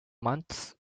months